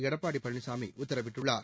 எடப்பாடி பழனிசாமி உத்தரவிட்டுள்ளார்